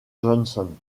johnson